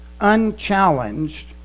unchallenged